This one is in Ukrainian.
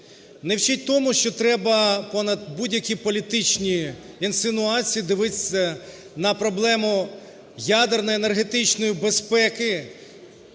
Не вчить тому, що треба понад будь-які політичні інсинуації дивитися на проблему ядерної енергетичної безпеки,